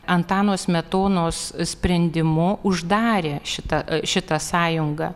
antano smetonos sprendimu uždarė šita šitą sąjungą